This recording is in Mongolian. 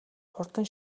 хурдан